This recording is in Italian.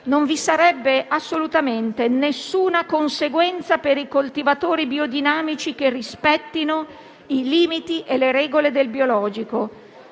non vi sarebbe assolutamente nessuna conseguenza per i coltivatori biodinamici che rispettino i limiti e le regole del biologico